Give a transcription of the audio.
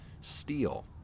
steel